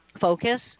focus